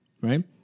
right